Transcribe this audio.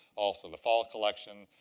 also the fall collection,